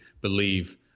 believe